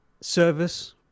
Service